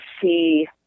see